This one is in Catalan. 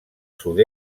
sud